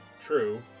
True